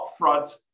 upfront